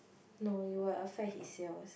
no you will affect his sales